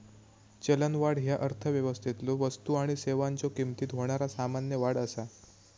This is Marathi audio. चलनवाढ ह्या अर्थव्यवस्थेतलो वस्तू आणि सेवांच्यो किमतीत होणारा सामान्य वाढ असा